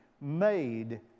made